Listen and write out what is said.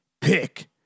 pick